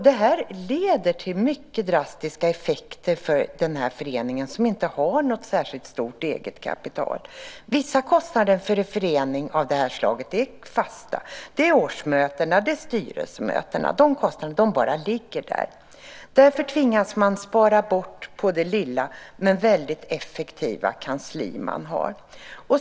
Det leder till mycket drastiska effekter för den här föreningen som inte har något särskilt stort eget kapital. Vissa kostnader för en förening av det här slaget är fasta. Det är årsmötena och styrelsemötena. De kostnaderna bara ligger där. Därför tvingas man spara på det lilla men väldigt effektiva kansli man har.